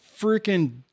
freaking